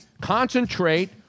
concentrate